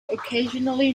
occasionally